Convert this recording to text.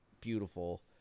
beautiful